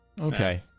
Okay